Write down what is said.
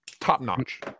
top-notch